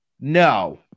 No